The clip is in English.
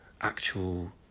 actual